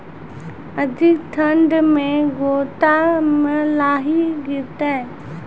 अधिक ठंड मे गोटा मे लाही गिरते?